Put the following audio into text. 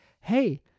hey